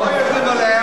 הבנתי.